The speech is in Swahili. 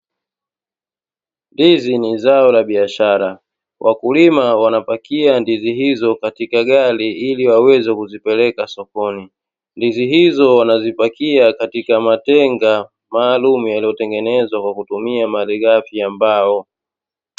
Ndizi ni zao la biashara. Wakulima wanapakia ndizi hizo katika gari ili waweze kuzipeleka sokoni. Ndizi hizo wanazipakia katika matenga maalumu yaliyotengenezwa kwa kutumia malighafi ya mbao.